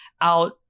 out